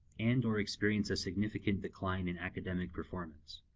and or experience a significant decline in academic performance.